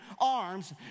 arms